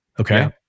Okay